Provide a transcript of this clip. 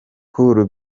col